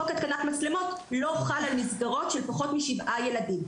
חוק התקנת מצלמות לא חל על מסגרות של פחות משבעה ילדים,